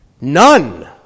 none